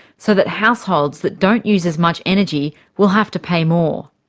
so that households that don't use as much energy will have to pay more.